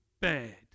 bad